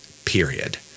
Period